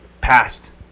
passed